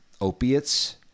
opiates